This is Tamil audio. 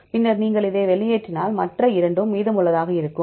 பின்னர் நீங்கள் இதை வெளியேற்றினாள் மற்ற இரண்டும் மீதமுள்ளதாக இருக்கும்